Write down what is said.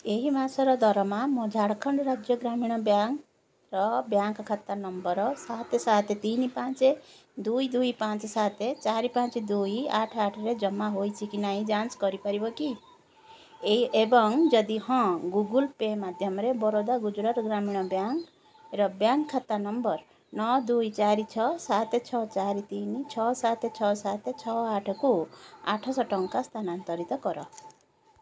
ଏହି ମାସର ଦରମା ମୋ ଝାଡ଼ଖଣ୍ଡ ରାଜ୍ୟ ଗ୍ରାମୀଣ ବ୍ୟାଙ୍କ୍ର ବ୍ୟାଙ୍କ୍ ଖାତା ନମ୍ବର୍ ସାତ ସାତ ତିନି ପାଞ୍ଚ ଦୁଇ ଦୁଇ ପାଞ୍ଚ ସାତ ଚାରି ପାଞ୍ଚ ଦୁଇ ଆଠ ଆଠରେ ଜମା ହୋଇଛି କି ନାହିଁ ଯାଞ୍ଚ କରିପାରିବ କି ଏଇ ଏବଂ ଯଦି ହଁ ଗୁଗଲ୍ ପେ ମାଧ୍ୟମରେ ବରୋଦା ଗୁଜୁରାଟ ଗ୍ରାମୀଣ ବ୍ୟାଙ୍କ୍ର ବ୍ୟାଙ୍କ୍ ଖାତା ନମ୍ବର୍ ନଅ ଦୁଇ ଚାରି ଛଅ ସାତ ଛଅ ଚାରି ତିନି ଛଅ ସାତ ଛଅ ସାତ ଛଅ ଆଠକୁ ଆଠଶହ ଟଙ୍କା ସ୍ଥାନାନ୍ତରିତ କର